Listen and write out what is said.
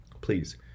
please